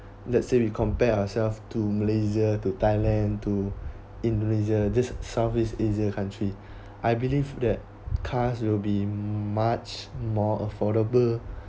let's say we compare ourselves to malaysia to thailand to indonesia just southeast asia country I believe that cars will be much more affordable